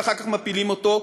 ואחר כך מפילים אותו,